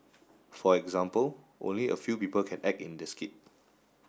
for example only a few people can act in the skit